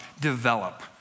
develop